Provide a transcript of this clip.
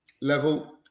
level